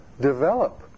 develop